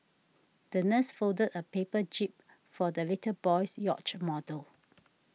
the nurse folded a paper jib for the little boy's yacht model